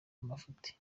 amafuti